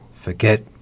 forget